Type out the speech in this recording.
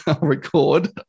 record